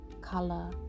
color